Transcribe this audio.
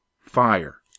fire